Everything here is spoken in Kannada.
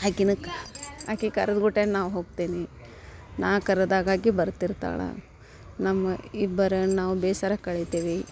ಆಕೆನು ಆಕೆ ಕರ್ದು ಗೂಟೆ ನಾನು ಹೋಗ್ತೇನೆ ನಾನು ಕರೆದಾಗ ಆಕೆ ಬರ್ತಿರ್ತಾಳೆ ನಮ್ಮ ಇಬ್ಬರ ನಾವು ಬೇಸರ ಕಳೀತೀವಿ